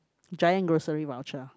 giant grocery voucher